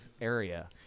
area